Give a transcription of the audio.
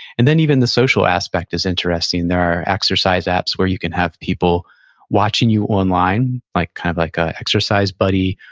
and then even the social aspect is interesting. there are exercise apps where you can have people watching you online, like kind of like a exercise buddy,